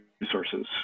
resources